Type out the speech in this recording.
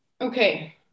okay